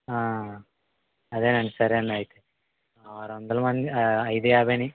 అదేనండి సరేనండి అయితే ఆరువందల మంది ఐదుయాభై